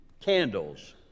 candles